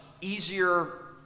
easier